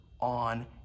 on